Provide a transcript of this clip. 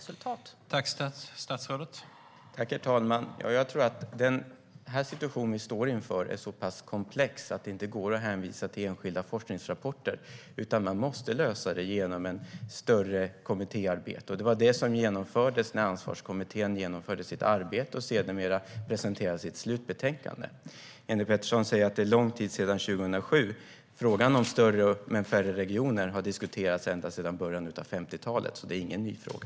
Herr talman! Jag tror att den situation vi står inför är så pass komplex att det inte går att hänvisa till enskilda forskningsrapporter. Man måste lösa detta genom ett större kommittéarbete, och det var det som gjordes när Ansvarskommittén genomförde sitt arbete och sedermera presenterade sitt slutbetänkande. Jenny Petersson säger att det har gått lång tid sedan 2007. Frågan om större men färre regioner har i själva verket diskuterats ända sedan början av 50-talet, så är det ingen ny fråga.